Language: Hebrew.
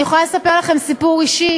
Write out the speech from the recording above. אני יכולה לספר לכם סיפור אישי.